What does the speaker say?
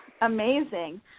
Amazing